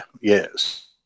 Yes